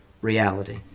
reality